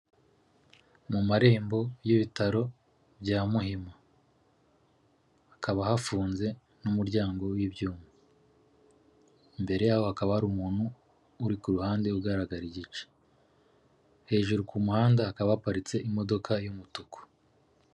Mu marembo y'ibitaro bya Muhima hakaba hafunze n'umuryango w'ibyuma, imbere yaho hakaba hari umuntu uri ku ruhande ugaragara igice, hejuru ku muhanda hakaba haparitse imodoka y'umutuku.